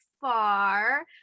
far